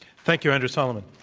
thank you, andrew solomon.